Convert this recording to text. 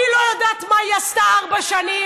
אני לא יודעת מה היא עשתה ארבע שנים,